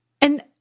And-